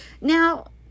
Now